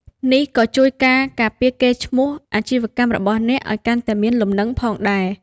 នេះក៏ជួយការពារកេរ្តិ៍ឈ្មោះអាជីវកម្មរបស់អ្នកឲ្យកាន់តែមានលំនឹងផងដែរ។